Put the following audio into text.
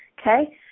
Okay